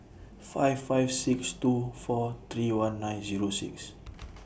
five five six two four three one nine Zero six